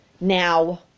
Now